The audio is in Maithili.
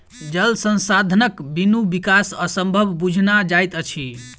जल संसाधनक बिनु विकास असंभव बुझना जाइत अछि